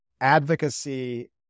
advocacy